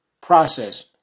process